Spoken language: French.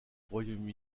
royaume